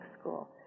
school